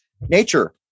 nature